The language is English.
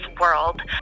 world